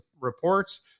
reports